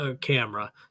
camera